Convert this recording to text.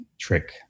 trick